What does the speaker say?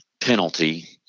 penalty